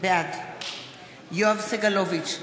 בעד יואב סגלוביץ'